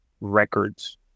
records